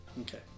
Okay